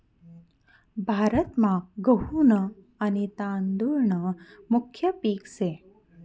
भारतमा गहू न आन तादुळ न मुख्य पिक से